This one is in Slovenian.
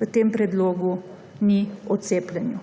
v tem predlogu ni o cepljenju.